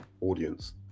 audience